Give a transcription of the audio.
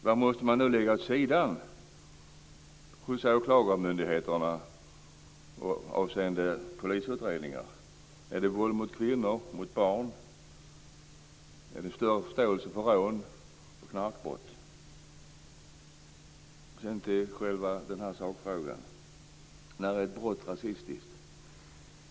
Vad ska nu läggas åt sidan hos åklagarmyndigheterna avseende polisutredningar? Är det våld mot kvinnor, mot barn? Är det större förståelse för rån och knarkbrott? Sedan var det själva sakfrågan. När är ett brott rasistiskt?